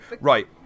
Right